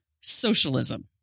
socialism